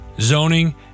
zoning